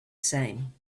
same